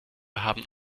haben